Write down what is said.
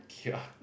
ya